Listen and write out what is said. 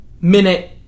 minute